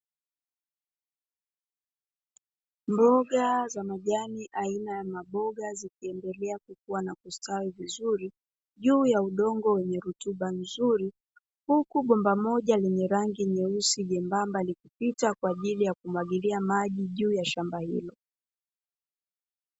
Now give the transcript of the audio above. Mboga za majani aina maboga zikiendelea kukua na kustawi vizuri juu ya udongo wenye rutba nzuri, Huku bomba moja lenye rangi nyeusi jembamba likipita kwaajili ya kumwagilia maji juu ya shamba hilo.